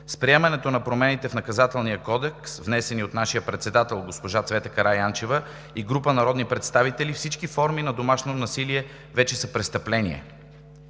С приемането на промените в Наказателния кодекс, внесени от нашия председател госпожа Цвета Караянчева и група народни представители, всички форми на домашно насилие вече са престъпления.